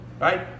right